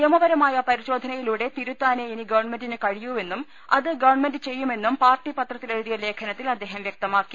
നിയമപരമായ പരിശോധനയിലൂടെ തിരു ത്താനെ ഇനി ഗവൺമെന്റിന് കഴിയൂവെന്നും അത് ഗവൺമെന്റ് ചെയ്യുമെന്നും പാർട്ടി പത്രത്തിലെഴു തിയ ലേഖ നത്തിൽ അദ്ദേഹം വ്യക്തമാക്കി